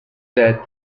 death